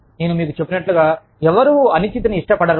నేను మీకు చెప్పినట్లు ఎవరూ అనిశ్చితిని ఇష్టపడరు